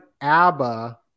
abba